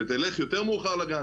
שתלך יותר מאוחר לגן,